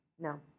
No